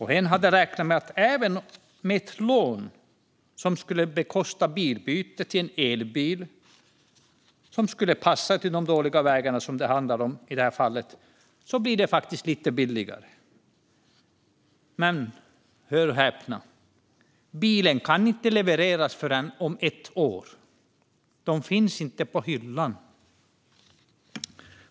Hen hade räknat med att det med ett lån för att bekosta byte till en elbil, som skulle passa för de dåliga vägar som det handlar om i detta fall, faktiskt skulle bli lite billigare. Men hör och häpna - bilen kan inte levereras förrän om ett år. Den finns inte på hyllan.